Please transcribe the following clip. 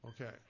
Okay